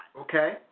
Okay